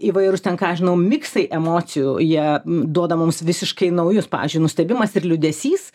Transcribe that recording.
įvairūs ten ką žinau miksai emocijų jie duoda mums visiškai naujus pavyzdžiui nustebimas ir liūdesys